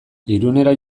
irunera